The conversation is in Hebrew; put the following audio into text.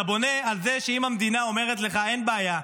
אתה בונה על זה שאם המדינה אומרת לך: אין בעיה,